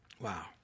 Wow